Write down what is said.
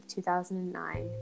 2009